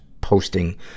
posting